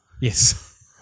Yes